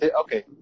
Okay